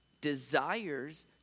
desires